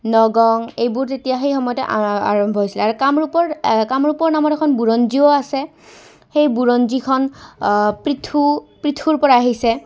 নগং এইবোৰ তেতিয়া সেই সময়তে আৰম্ভ হৈছিলে আৰু কামৰূপৰ কামৰূপৰ নামত এখন বুৰঞ্জীও আছে সেই বুৰঞ্জীখন পৃথু পৃথুৰপৰা আহিছে